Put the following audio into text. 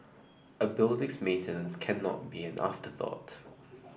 a building's maintenance cannot be an afterthought